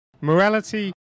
Morality